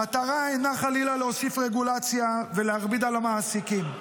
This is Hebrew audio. המטרה אינה חלילה להוסיף רגולציה ולהכביד על המעסיקים,